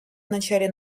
начале